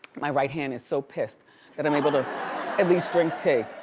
my right hand is so pissed that i'm able to at least drink tea.